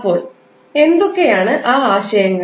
അപ്പോൾ എന്തൊക്കെയാണ് ആ ആശയങ്ങൾ